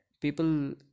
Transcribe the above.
people